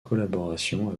collaboration